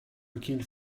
looking